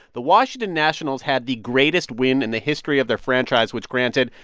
the washington nationals had the greatest win in the history of their franchise, which, granted,